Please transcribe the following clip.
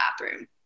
bathroom